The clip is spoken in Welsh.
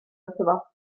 wrtho